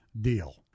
deal